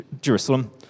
Jerusalem